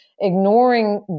ignoring